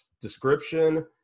description